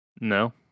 No